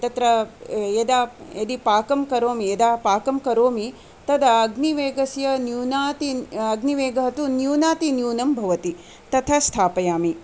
तत्र यदा यदि पाकं करोमि यदा पाकं करोमि तदा अग्निवेगस्य न्यूनाति अग्निवेगः तु न्यूनातिन्यूनं भवति तथा स्थापयामि